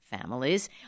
families